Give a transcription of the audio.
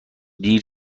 دیر